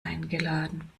eingeladen